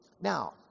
Now